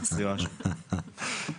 בסיוע שלכם.